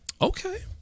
Okay